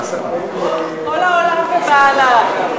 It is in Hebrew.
כל העולם ובעלה.